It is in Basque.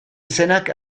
izenak